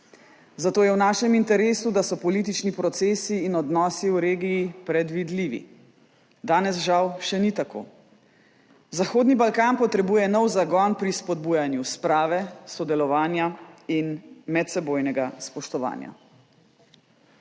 Zato je v našem interesu, da so politični procesi in odnosi v regiji predvidljivi. Danes žal še ni tako. Zahodni Balkan potrebuje nov zagon pri spodbujanju sprave, sodelovanja in medsebojnega spoštovanja.